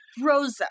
Rosa